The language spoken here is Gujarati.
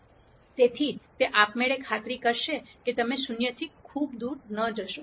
તેથી તે આપમેળે ખાતરી કરશે કે તમે શૂન્યથી ખૂબ દૂર ન જશો